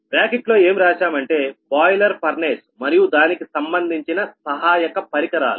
బ్రాకెట్లో ఏమి రాశాం అంటే బాయిలర్ ఫర్నేస్ మరియు దానికి సంబంధించిన సహాయక పరికరాలు